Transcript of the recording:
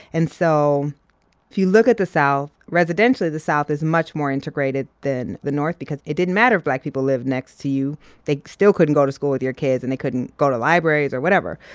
and so if you look at the south, residentially, the south is much more integrated than the north because it didn't matter if black people lived next to you they still couldn't go to school with your kids, and they couldn't go to libraries or whatever.